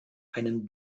einen